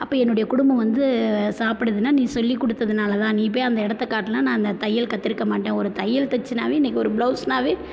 அப்போ என்னுடைய குடும்பம் வந்து சாப்டுதுன்னா நீ சொல்லி கொடுத்ததுனால தான் நீ போய் அந்த இடத்த காட்டினா நான் அந்த தையல் கற்றுருக்க மாட்டேன் ஒரு தையல் தைச்சுனாவே இன்றைக்கி ஒரு ப்ளவுஸ்னாவே